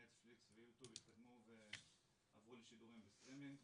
נטפליקס ו-יוטיוב התקדמו ועברו לשידורים בסטרימינג,